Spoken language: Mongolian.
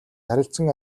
харилцан